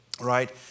right